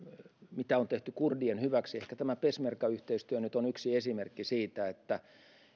mitä on tehty kurdien hyväksi ehkä tämä peshmerga yhteistyö nyt on yksi esimerkki siitä että